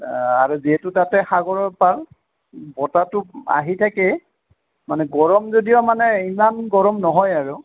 আৰু যিহেতু তাতে সাগৰৰ পাৰ বতাহটো আহি থাকে মানে গৰম যদিও মানে ইমান গৰম নহয় আৰু